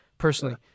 personally